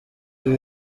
ibi